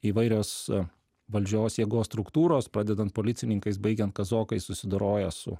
įvairios valdžios jėgos struktūros pradedant policininkais baigiant kazokais susidoroja su